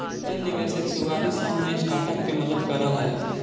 angel निवेशक शुरुआती क्षण में स्टार्टअप के मदद करऽ हइ